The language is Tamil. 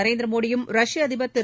நரேந்திர மோடியும் ரஷ்ய அதிபர் திரு